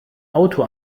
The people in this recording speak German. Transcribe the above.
auto